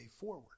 forward